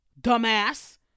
Dumbass